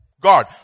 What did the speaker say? God